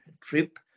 trip